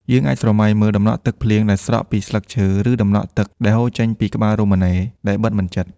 យើងអាចស្រមៃមើលដំណក់ទឹកភ្លៀងដែលស្រក់ពីស្លឹកឈើ ឬដំណក់ទឹកដែលហូរចេញពីក្បាលរ៉ូប៊ីណេដែលបិទមិនជិត។